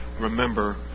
remember